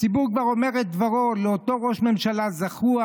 הציבור כבר אומר את דברו לאותו ראש ממשלה זחוח,